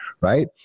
right